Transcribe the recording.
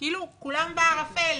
כאילו כולם בערפל,